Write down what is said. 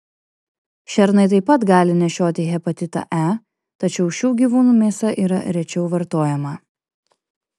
šernai taip pat gali nešioti hepatitą e tačiau šių gyvūnų mėsa yra rečiau vartojama